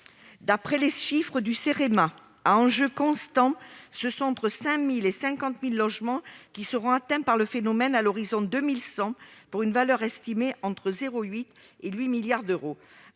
D'après les chiffres du Cerema, à enjeux constants, entre 5 000 et 50 000 logements seront atteints par ce phénomène à l'horizon de 2100, pour une valeur estimée entre 0,8 milliard et 8 milliards d'euros.